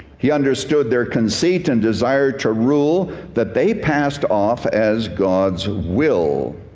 he understood their conceit and desire to rule that they passed off as god's will.